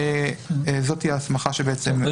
זאת תהיה ההסמכה שניתנת לשר.